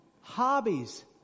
Hobbies